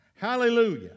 Hallelujah